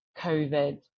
COVID